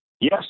Yes